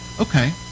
Okay